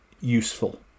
useful